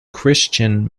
christian